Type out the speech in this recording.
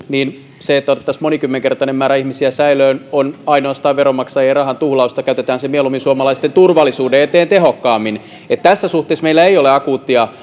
niin se että otettaisiin monikymmenkertainen määrä ihmisiä säilöön on ainoastaan veronmaksajien rahan tuhlausta käytetään se mieluummin suomalaisten turvallisuuden eteen tehokkaammin tässä suhteessa meillä ei ole akuuttia